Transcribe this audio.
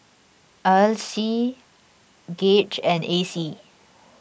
Ardyce Gauge and Acey